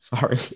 Sorry